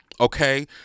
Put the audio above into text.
okay